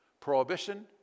prohibition